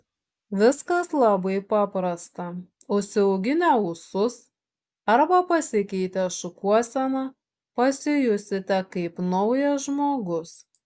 viskas labai paprasta užsiauginę ūsus arba pasikeitę šukuoseną pasijusite kaip naujas žmogus